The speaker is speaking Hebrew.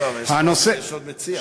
לא לא, אבל יש עוד מציע.